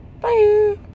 bye